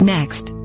Next